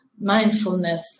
mindfulness